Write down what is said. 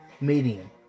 meeting